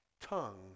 tongue